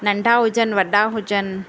नंढा हुजनि वॾा हुजनि